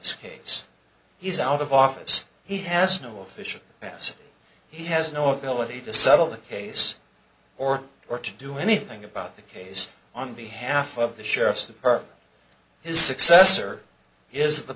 case he's out of office he has no official pass he has no ability to settle the case or or to do anything about the case on behalf of the sheriff's department his successor is the